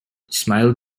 smile